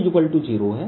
20 है